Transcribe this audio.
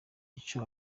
aca